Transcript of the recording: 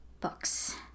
books